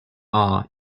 are